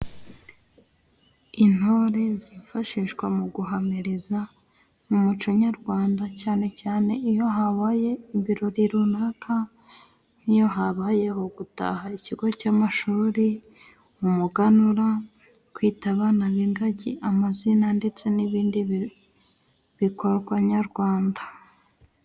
Intore zifashishwa mu guhamiriza mu muco nyarwanda cyane cyane iyo habaye ibirori runaka. Nk'iyo habayeho gutaha ikigo cy'amashuri, umuganura, kwita abana b' ingagi amazina, ndetse n'ibindi bikorwa nyarwanda.